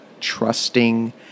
trusting